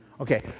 Okay